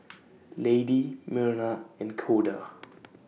Lady Myrna and Koda